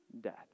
death